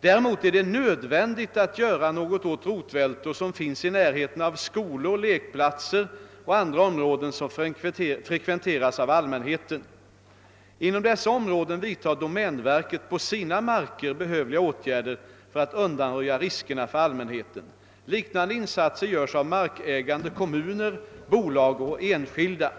Däremot är det nödvändigt att göra något åt rotvältor som finns i närheten av skolor, lekplatser och andra områden som frekventeras av allmänheten. Inom dessa områden vidtar domänverket på sina marker behövliga åtgärder för att undanröja riskerna för allmänheten. Liknande insatser görs av markägande kommuner, bolag och enskilda.